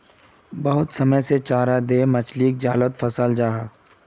बहुत समय से चारा दें मछली लाक जालोत फसायें पक्राल जाहा